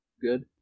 Good